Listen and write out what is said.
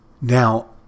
Now